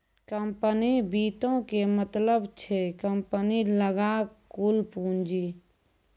company वित्तो के मतलब छै कम्पनी लगां कुल पूंजी